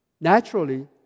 Naturally